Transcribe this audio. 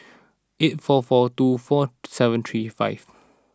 eight four four two four seven three five